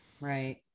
Right